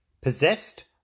Possessed